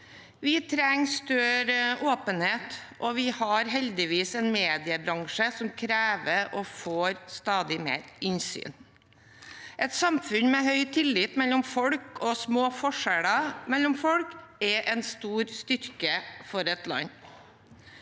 Vi trenger større åpenhet, og vi har heldigvis en mediebransje som krever, og får, stadig mer innsyn. Et samfunn med høy tillit mellom folk og små forskjeller mellom folk er en stor styrke for et land.